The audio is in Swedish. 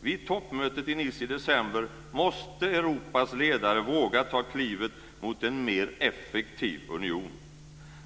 Vid toppmötet i Nice i december måste Europas ledare våga ta klivet mot en mer effektiv union.